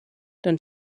dann